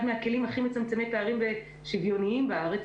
מהכלים הכי מצמצמי פערים ושוויוניים בארץ,